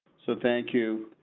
so, thank you.